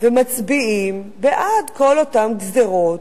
ומצביעים בעד כל אותן גזירות,